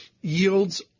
yields